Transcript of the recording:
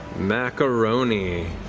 macaroni.